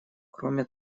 кроме